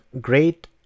great